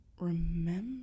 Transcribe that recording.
remember